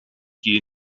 gehe